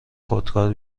خودکار